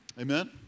Amen